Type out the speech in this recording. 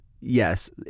yes